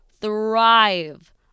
thrive